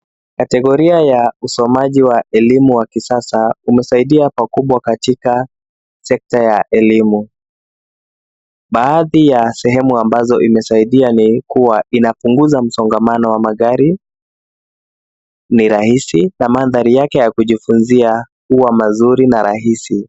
Kategoria ya usomaji wa elimu wa kisasa umesaidia pakubwa katika sekta ya elimu. Baadhi ya sehemu ambazo imesaidia ni kuwa inapunguza msongamano wa magari ni rahisi na mandhari yake ya kujifunzia huwa mazuri na rahisi.